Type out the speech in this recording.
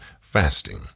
fasting